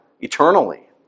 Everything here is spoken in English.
eternally